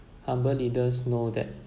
humble leaders know that